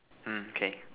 mm K